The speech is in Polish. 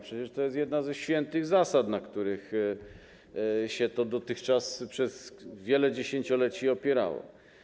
Przecież to jest jedna ze świętych zasad, na których to dotychczas przez wiele dziesięcioleci się opierało.